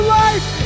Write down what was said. life